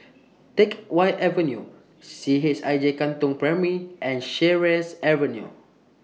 Teck Whye Avenue C H I J Katong Primary and Sheares Avenue